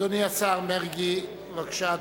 אדוני השר מרגי, בבקשה,